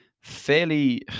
fairly